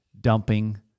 dumping